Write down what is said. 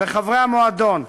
בחברי המועדון.